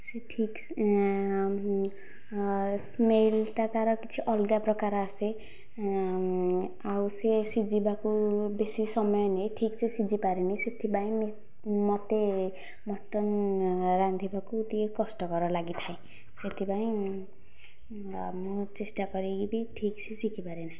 ସେ ଠିକ୍ ସ୍ମେଲ୍ଟା ତା'ର କିଛି ଅଲଗା ପ୍ରକାର ଆସେ ଆଉ ସିଏ ସିଝିବାକୁ ବେଶି ସମୟ ନିଏ ଠିକ୍ସେ ସିଝିପାରେ ନାହିଁ ସେଥିପାଇଁ ମୋତେ ମଟନ ରାନ୍ଧିବାକୁ ଟିକେ କଷ୍ଟକର ଲାଗିଥାଏ ସେଥିପାଇଁ ମୁଁ ଚେଷ୍ଟା କରିକି ବି ଠିକ୍ସେ ଶିଖିପାରେ ନାହିଁ